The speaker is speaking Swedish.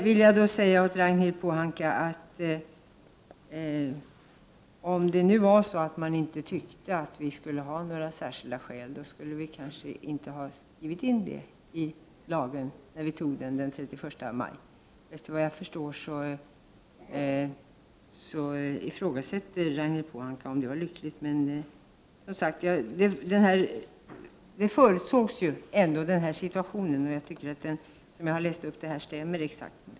Till Ragnhild Pohanka vill jag säga att om man inte tyckte att vi skulle ha särskilda skäl, då skulle vi kanske inte ha skrivit in det i lagen när vi antog denna den 31 maj. Efter vad jag förstår ifrågasätter Ragnhild Pohanka om det var så lyckligt. Den här situation förutsågs ju, och jag tycker faktiskt att det uttalande som jag nu läst upp stämmer.